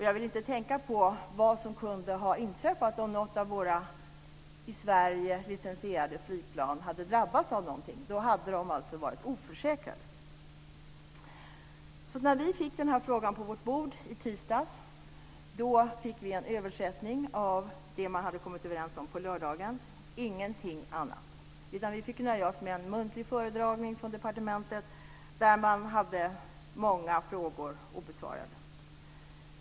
Jag vill inte tänka på vad som hade kunnat inträffa om något av våra i Sverige licensierade flygplan hade drabbats. Då hade det varit oförsäkrat. När vi i utskottet fick frågan på vårt bord i tisdags fick vi en översättning av vad man hade kommit överens om på lördagen. Ingenting annat. Vi fick nöja oss med en muntlig föredragning från departementet, och många frågor förblev obesvarade.